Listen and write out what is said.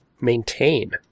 Maintain